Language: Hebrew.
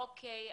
אוקי.